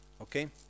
okay